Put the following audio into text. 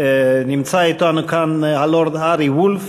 נמצאים אתנו כאן הלורד הארי וולף